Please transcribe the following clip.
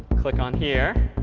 click on here.